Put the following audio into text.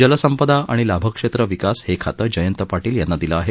जलसंपदा आणि लाभक्षेत्र विकास हे खातं जयंत पाटील यांना दिलं आहे